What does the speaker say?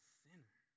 sinner